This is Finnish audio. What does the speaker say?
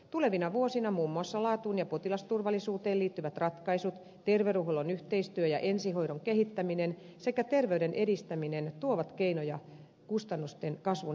tulevina vuosina muun muassa laatuun ja potilasturvallisuuteen liittyvät ratkaisut terveydenhuollon yhteistyö ja ensihoidon kehittäminen sekä terveyden edistäminen tuovat keinoja kustannusten kasvun hidastamiseen